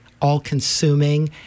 all-consuming